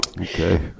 okay